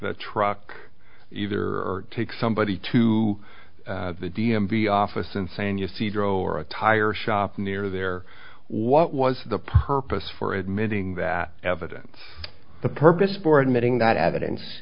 the truck either take somebody to the d m v office and saying you see drove or a tire shop near there what was the purpose for admitting that evidence the purpose for admitting that evidence